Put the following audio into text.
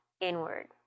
inward